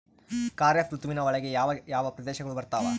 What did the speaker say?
ಖಾರೇಫ್ ಋತುವಿನ ಒಳಗೆ ಯಾವ ಯಾವ ಪ್ರದೇಶಗಳು ಬರ್ತಾವ?